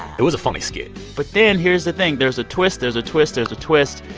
it was a funny skit but then here's the thing. there's a twist. there's a twist. there's a twist.